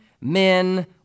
men